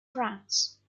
france